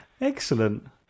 excellent